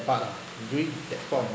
but during that point